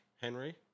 Henry